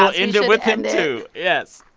ah it and with him, too. yes.